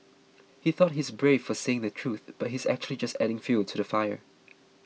he thought he's brave for saying the truth but he's actually just adding fuel to the fire